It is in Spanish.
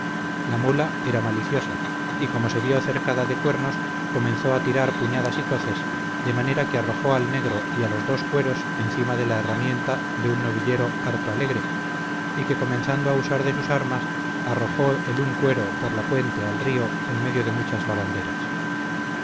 la mula era maliciosa y como se vió cercada de cuernos comenzó a tirar puñadas y coces de manera que arrojó al negro y a los dos cueros encima de la herramienta de un novillejo harto alegre y que comenzando a usar de sus armas arrojó el un cuero por la puente al río en medio de muchas lavanderas